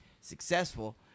successful